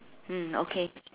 mm okay